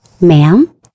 Ma'am